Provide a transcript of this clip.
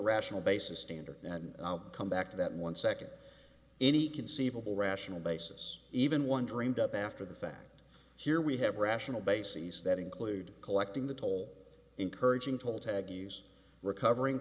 rational basis standard and come back to that one second any conceivable rational basis even one dreamed up after the fact here we have rational bases that include collecting the toll encouraging toll tag to use recovering